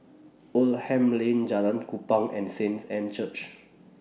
Oldham Lane Jalan Kupang and Saints Anne's Church